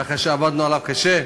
כך שעבדנו עליו קשה,